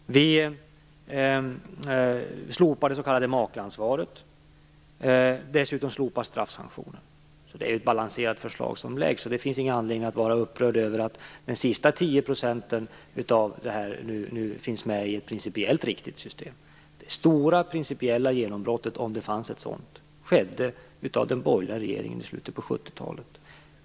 Vi slopar det s.k. makeansvaret. Dessutom slopas straffsanktionen. Det är alltså ett balanserat förslag som läggs, och det finns ingen anledning att vara upprörd över att de sista 10 procenten av det här nu finns med i ett principiellt riktigt system. Det stora principiella genombrottet, om det fanns ett sådant, skedde av den borgerliga regeringen i slutet på 70-talet.